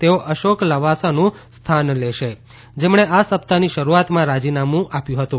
તેઓ અશોક લવાસાનું સ્થાન લેશે જેમણે આ સપ્તાહની શરૂઆતમાં રાજીનામું આપ્યું હતું